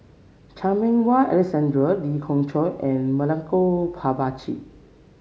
Chan Meng Wah Alexander Lee Khoon Choy and Milenko Prvacki